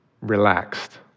relaxed